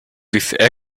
these